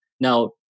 Now